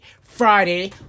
Friday